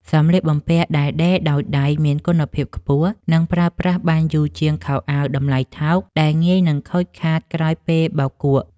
សម្លៀកបំពាក់ដែលដេរដោយដៃមានគុណភាពខ្ពស់ និងប្រើប្រាស់បានយូរជាងខោអាវតម្លៃថោកដែលងាយនឹងខូចខាតក្រោយពេលបោកគក់។